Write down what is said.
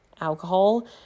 alcohol